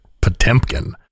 Potemkin